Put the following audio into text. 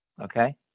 Okay